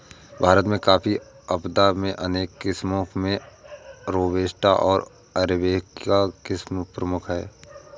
भारत में कॉफ़ी संपदा में अनेक किस्मो में रोबस्टा ओर अरेबिका किस्म प्रमुख है